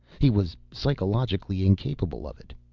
he was psychologically incapable of it.